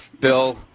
Bill